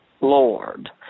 Lord